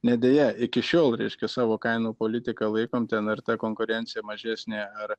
ne deja iki šiol reiškia savo kainų politiką laikom ten ar ta konkurencija mažesnė ar